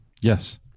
Yes